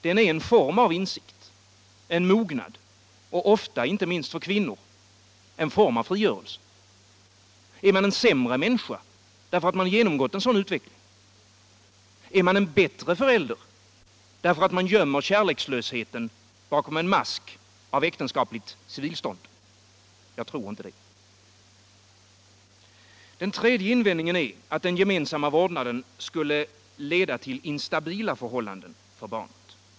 Den är en form av insikt, en mognad, ofta — inte minst för kvinnor — en form av frigörelse. Är man en sämre människa därför att man har genomgått en sådan utveckling? Och är man en bättre förälder därför att man gömmer kärlekslösheten bakom en mask av äktenskapligt civilstånd? Jag tror inte det. Den tredje invändningen är, att den gemensamma vårdnaden skulle leda till instabila förhållanden för barnet.